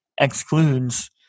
excludes